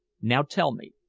now, tell me,